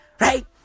Right